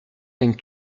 gagnes